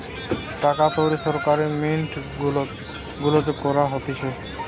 টাকা তৈরী সরকারি মিন্ট গুলাতে করা হতিছে